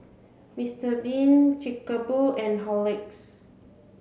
Mister bean Chic a Boo and Horlicks